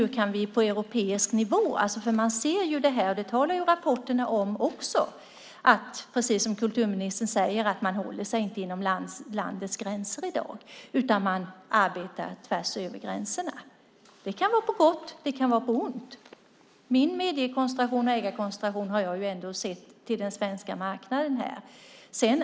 Rapporterna talar också om, precis som kulturministern säger, att man i dag inte håller sig inom landets gränser utan arbetar tvärs över gränserna. Det kan vara på gott, och det kan vara på ont. I min interpellation om medie och ägarkoncentration har jag sett till den svenska marknaden.